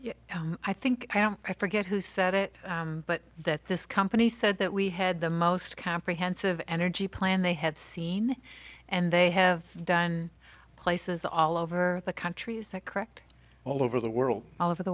that i think i forget who said it but that this company said that we had the most comprehensive energy plan they have seen and they have done places all over the country is that correct all over the world all over the